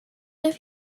have